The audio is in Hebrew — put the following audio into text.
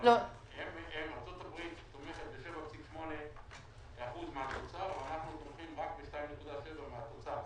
ארצות הברית תומכת ב-7.8% מהתוצר ואנחנו תומכים רק ב-2.7% מהתוצר.